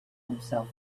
himself